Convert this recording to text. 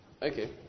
okay